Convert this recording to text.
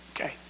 Okay